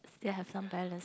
still have some balance